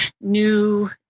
new